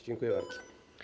Dziękuję bardzo.